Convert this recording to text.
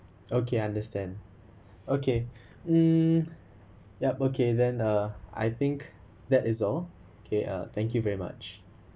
okay understand okay mm yup okay then uh I think that is all okay uh thank you very much